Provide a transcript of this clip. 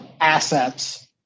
assets